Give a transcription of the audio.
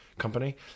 Company